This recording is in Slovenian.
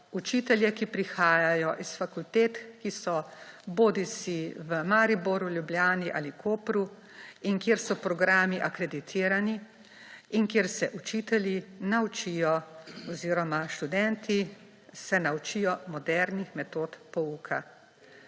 učitelje, ki prihajajo s fakultet, ki so bodisi v Mariboru, Ljubljani ali Kopru in kjer so programi akreditirani in kjer se učitelji naučijo oziroma študenti se naučijo modernih metod pouka.